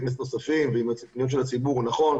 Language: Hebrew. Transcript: כנסת נוספים ועם הפניות של הציבור הוא נכון,